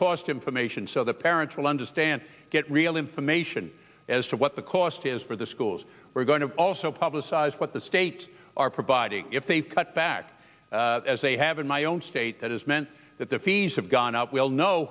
cost information so that parents will understand get real information as to what the cost is for the schools we're going to also publicize what the states are providing if they've cut back as they have in my own state that has meant that the fees have gone up we all know